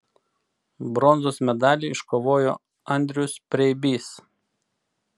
bronzos medalį iškovojo andrius preibys